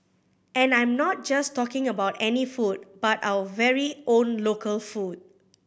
and I'm not just talking about any food but our very own local food